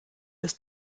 des